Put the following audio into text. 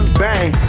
bang